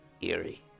eerie